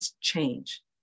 change